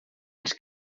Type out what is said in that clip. les